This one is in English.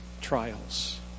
trials